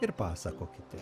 ir pasakokite